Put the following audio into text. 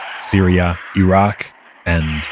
syria, iraq and,